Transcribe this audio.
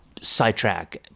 sidetrack